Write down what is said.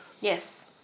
Yes